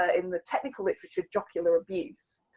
ah in the technical literature, jocular abuse.